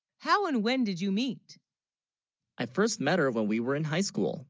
how, and when did you meet i? first met her when, we were in high school